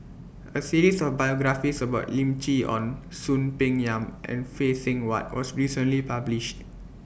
A series of biographies about Lim Chee Onn Soon Peng Yam and Phay Seng Whatt was recently published